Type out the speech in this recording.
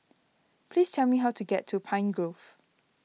please tell me how to get to Pine Grove